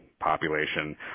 population